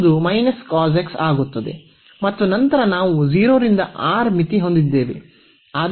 ಇರುವುದು ಆಗುತ್ತದೆ ಮತ್ತು ನಂತರ ನಾವು 0 ರಿಂದ R ಮಿತಿ ಹೊಂದಿದ್ದೇವೆ